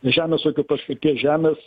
žemės ūkio paskirties žemės